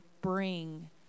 bring